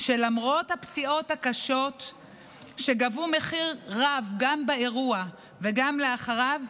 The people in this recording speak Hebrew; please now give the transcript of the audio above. שלמרות הפציעות הקשות שגבו מחיר רב גם באירוע וגם לאחריו,